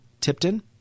Tipton